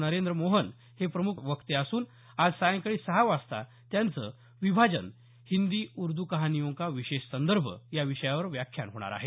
नरेंद्र मोहन हे प्रमुख वक्ते असून आज सायंकाळी सहा वाजता त्यांचं विभाजन हिंदी उर्द् कहानियोंका विशेष संदर्भ या विषयावर व्याख्यान होणार आहे